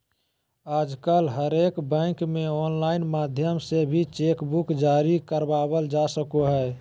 आजकल हरेक बैंक मे आनलाइन माध्यम से भी चेक बुक जारी करबावल जा सको हय